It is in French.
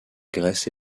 grèce